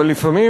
אבל לפעמים,